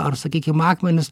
ar sakykim akmenis